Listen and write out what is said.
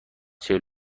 چهل